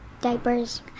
diapers